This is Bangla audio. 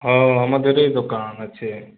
হ্যাঁ আমাদেরই দোকান আছে